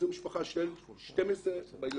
זו משפחה של 12 ילדים.